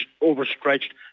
overstretched